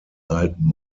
alten